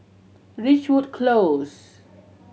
Ridgewood Close